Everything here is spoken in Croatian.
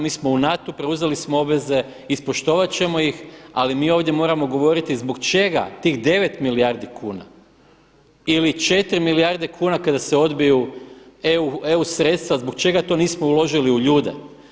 Mi smo u NATO-u preuzeli smo obveze, ispoštovat ćemo ih ali mi ovdje moramo govoriti zbog čega tih 9 milijardi kuna ili 4 milijarde kuna kada se odbiju EU sredstva zbog čega to nismo uložili u ljude.